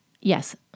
yes